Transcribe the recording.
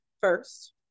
first